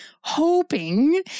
hoping